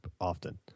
often